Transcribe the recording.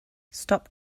stop